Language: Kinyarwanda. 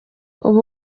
uba